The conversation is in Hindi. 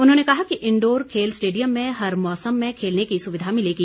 उन्होंने कहा कि इंडोर खेल स्टेडियम में हर मौसम में खेलने की सुविधा मिलेगी